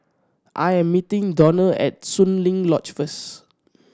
I am meeting Donnell at Soon Lee Lodge first